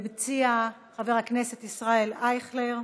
מציע חבר הכנסת ישראל אייכלר.